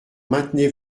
maintenez